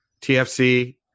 TFC